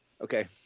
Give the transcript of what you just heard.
Okay